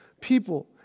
people